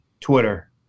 Twitter